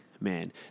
Man